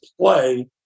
play